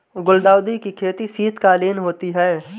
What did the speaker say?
गुलदाउदी की खेती शीतकालीन होती है